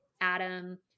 Adam